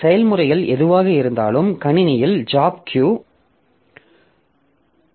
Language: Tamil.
செயல்முறைகள் எதுவாக இருந்தாலும் கணினியில் ஜாப் கியூ இல் உள்ளது